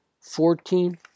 fourteen